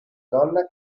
donna